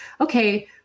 okay